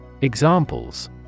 Examples